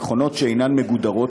"מכונות שאינן מגודרות",